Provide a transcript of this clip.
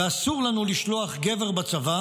ואסור לנו לשלוח גבר בצבא